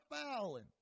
fouling